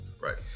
Right